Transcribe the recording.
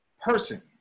person